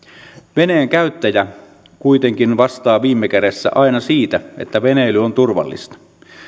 veneen käyttäjä kuitenkin vastaa viime kädessä aina siitä että veneily on turvallista